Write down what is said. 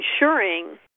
ensuring